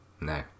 No